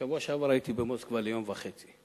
בשבוע שעבר הייתי במוסקבה ליום וחצי.